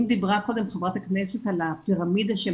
אם דיברה קודם חברת הכנסת על הפירמידה של